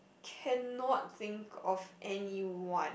cannot think of anyone